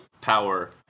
power